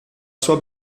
sua